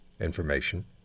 information